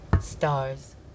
Stars